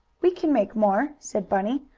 we can make more, said bunny.